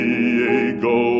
Diego